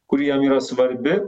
kuri jam yra svarbi